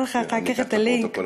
אני אשלח לך אחר כך את הלינק.